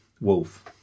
Wolf